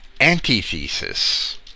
antithesis